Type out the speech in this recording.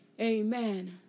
Amen